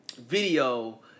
video